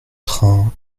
train